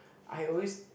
I always